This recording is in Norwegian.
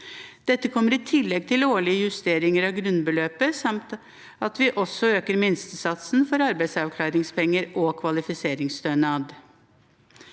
Dette kommer i tillegg til årlige justeringer av grunnbe løpet samt at vi også øker minstesatsen for arbeidsavklaringspenger og kvalifiseringsstønad.